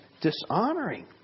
dishonoring